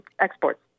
exports